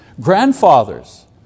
Grandfathers